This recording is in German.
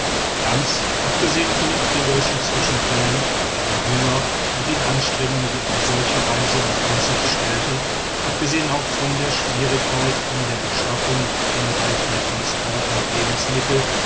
ganz abgesehen von den kriegerischen zwischenfällen dem hunger und den anstrengungen die eine solche reise in aussicht stellte abgesehen auch von der schwierigkeit in der beschaffung hinreichender transport und lebensmittel